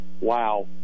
wow